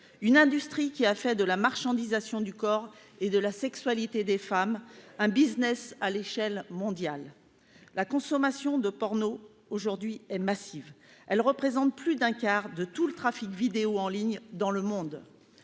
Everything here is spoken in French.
une industrie qui a fait de la marchandisation du corps et de la sexualité des femmes un Business à l'échelle mondiale, la consommation de porno aujourd'hui et massive, elle représente plus d'un quart de tout le trafic vidéo en ligne dans le monde,